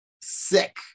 sick